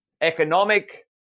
economic